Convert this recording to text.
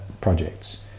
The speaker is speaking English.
projects